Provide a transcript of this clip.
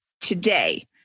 today